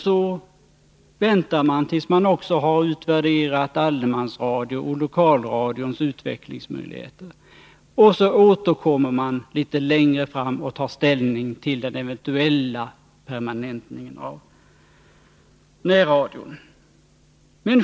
Så väntar man tills man också har utvärderat allemansradions och lokalradions utvecklingsmöjligheter, och sedan återkommer man litet längre fram och tar ställning till den eventuella permanentningen av närradion.